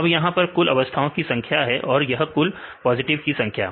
अब यहां यह कुल अवस्थाओं की संख्या है और यह कुल पॉजिटिव की संख्या